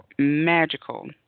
Magical